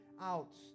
out